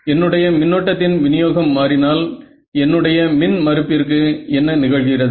என்னுடைய மின்னோட்டத்தின் வினியோகம் மாறினால் என்னுடைய மின் மறுப்பிற்கு என்ன நிகழ்கிறது